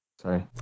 Sorry